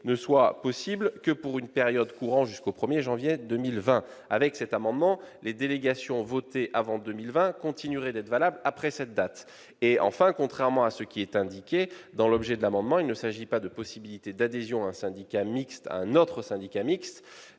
ne soit possible que pour une période courant jusqu'au 1 janvier 2020. Or, avec cet amendement, les délégations votées avant 2020 continueraient d'être valables passé cette date. Enfin, contrairement à ce qui est indiqué dans l'objet de cet amendement, il ne s'agit pas de la possibilité, pour un syndicat mixte, d'adhérer à un autre syndicat mixte